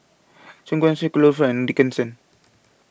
Choon Guan Street Kloof and Dickenson